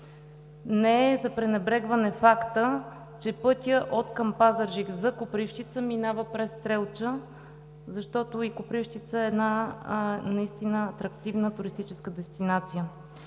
Не е за пренебрегване и фактът, че пътят откъм Пазарджик за Копривщица минава през Стрелча. И Копривщица е една наистина атрактивна туристическа дестинация.